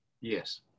Yes